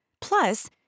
Plus